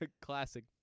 classic